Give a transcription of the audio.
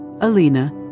Alina